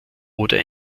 oder